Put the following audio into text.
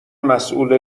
مسئول